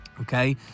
Okay